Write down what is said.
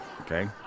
Okay